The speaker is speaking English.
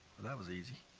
that was easy.